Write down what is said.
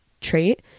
trait